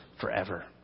forever